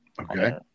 Okay